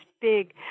big